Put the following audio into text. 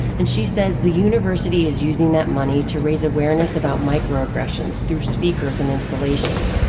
and she says the university is using that money to raise awareness about micro aggressions through speakers and installations,